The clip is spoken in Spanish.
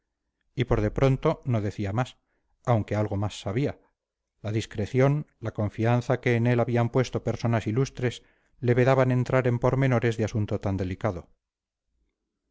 y por de pronto no decía más aunque algo más sabía la discreción la confianza que en él habían puesto personas ilustres le vedaban entrar en pormenores de asunto tan delicado